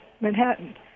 Manhattan